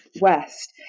West